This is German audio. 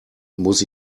muss